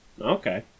Okay